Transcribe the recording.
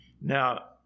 Now